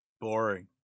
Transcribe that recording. boring